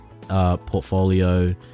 portfolio